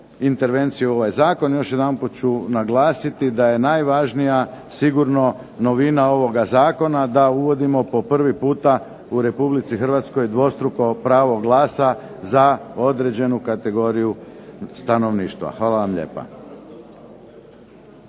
intervencije u ovaj Zakon, još jedanput ću naglasiti da je najvažnija novina ovog zakona da uvodimo po prvi puta u Republici Hrvatskoj dvostruko pravo glasa za određenu kategoriju stanovništva. Hvala lijepa.